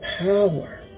power